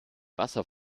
wasser